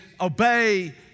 obey